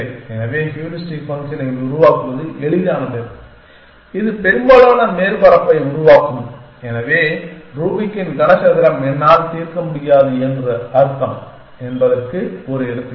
எனவே ஹூரிஸ்டிக் ஃபங்க்ஷனை உருவாக்குவது எளிதானது இது பெரும்பாலான மேற்பரப்பை உருவாக்கும் எனவே ரூபிக்கின் கன சதுரம் என்னால் தீர்க்க முடியாது என்று அர்த்தம் என்பதற்கு ஒரு எடுத்துக்காட்டு